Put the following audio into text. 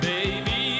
Baby